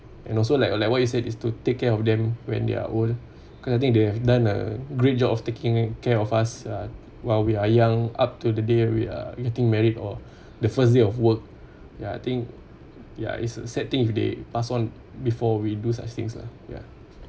and also like like what you said is to take care of them when they're old cause I think they have done a great job of taking care of us while we are young up to the day we are getting married or the first day of work ya I think ya it's a sad thing if they pass on before we do such things lah ya